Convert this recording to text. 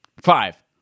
Five